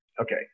Okay